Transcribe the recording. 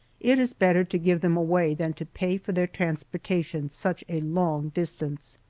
it is better to give them away than to pay for their transportation such a long distance.